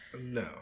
No